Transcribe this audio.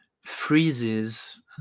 freezes